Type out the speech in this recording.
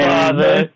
Father